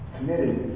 Committed